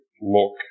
look